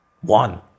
one